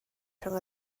rhwng